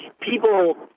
people